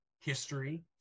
history